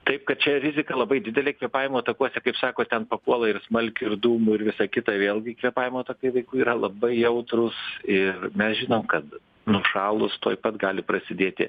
taip kad čia rizika labai didelė kvėpavimo takuose kaip sakot ten papuola ir smalkių ir dūmų ir visa kita vėlgi kvėpavimo takai vaikų yra labai jautrūs ir mes žinome kad nušalus tuoj pat gali prasidėti